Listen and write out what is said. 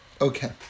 Okay